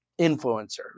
influencer